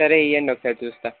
సరే ఇవ్వండి ఒకసారి చూస్తా